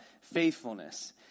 faithfulness